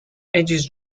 edges